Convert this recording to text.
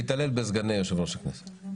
להתעלל בסגני יושב-ראש הכנסת.